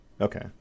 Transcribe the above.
Okay